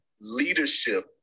Leadership